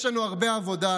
יש לנו הרבה עבודה,